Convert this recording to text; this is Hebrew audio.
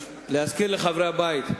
להזכיר לחברי הבית,